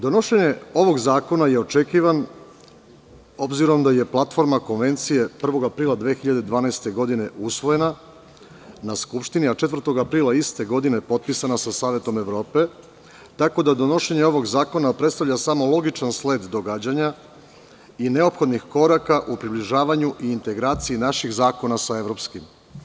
Donošenje ovog zakona je očekivan, obzirom da je platforma konvencije 1. aprila 2012. godine usvojena na Skupštini, a 4. aprila iste godine je potpisana sa Savetom Evrope, tako da donošenje ovog zakona predstavlja samo logičan sled događanja i neophodnih koraka približavanju i integraciji naših zakona sa evropskim.